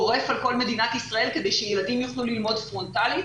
גורף על כל מדינת ישראל כדי שילדים יוכלו ללמוד פרונטלית